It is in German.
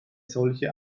solche